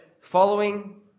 Following